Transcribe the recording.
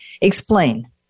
Explain